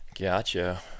Gotcha